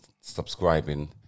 subscribing